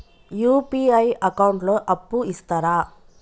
UPI account లో అప్పు ఇస్తరా?